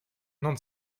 non